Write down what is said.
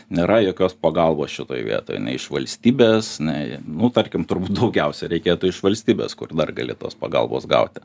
nėra jokios pagalbos šitoj vietoj nei iš valstybės nei nu tarkim turbūt daugiausia reikėtų iš valstybės kur dar gali tos pagalbos gauti